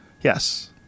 Yes